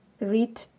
read